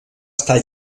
estar